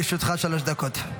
בבקשה, לרשותך שלוש דקות.